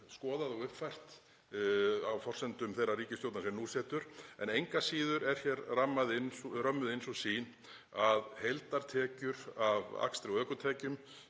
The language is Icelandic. skoðað og uppfært á forsendum þeirrar ríkisstjórnar sem nú situr. En engu að síður er hér römmuð inn sú sýn að heildartekjur af akstri og ökutækjum